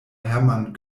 hermann